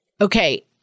okay